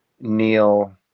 Neil